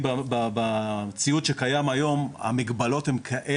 אני חושב שכל מי שיושב בחדר יודע שהדבר הנכון זה לקצר את לוחות הזמנים,